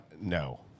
No